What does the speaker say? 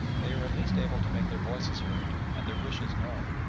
they are at least able to make their voices heard and their wishes known.